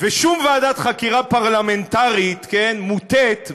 שום ועדת חקירה פרלמנטרית מוטית,